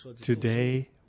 Today